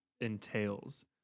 entails